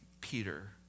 Peter